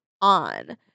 on